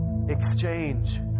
Exchange